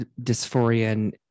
dysphoria